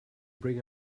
bring